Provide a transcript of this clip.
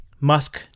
Musk